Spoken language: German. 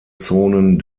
zonen